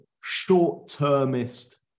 short-termist